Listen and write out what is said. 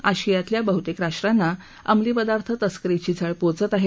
आशियातल्या बहुतेक राष्ट्रांना अंमली पदार्थ तस्करीची झळ पोचत आहे